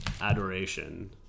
adoration